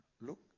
look